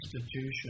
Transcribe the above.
institution